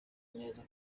neza